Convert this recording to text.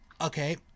Okay